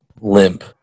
limp